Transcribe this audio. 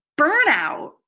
Burnout